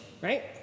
right